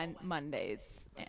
Mondays